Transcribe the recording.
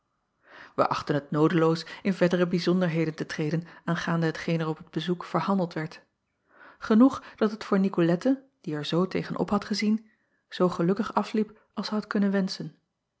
ij achten het noodeloos in verdere bijzonderheden te treden aangaande hetgeen er op het bezoek verhandeld werd genoeg dat het voor icolette die er zoo tegen op had gezien zoo gelukkig afliep als zij had kunnen wenschen